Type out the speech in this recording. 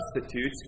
substitutes